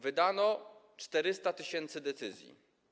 Wydano 400 tys. decyzji.